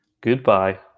Goodbye